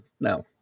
no